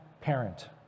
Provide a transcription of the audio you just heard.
parent